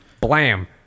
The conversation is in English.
Blam